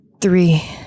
three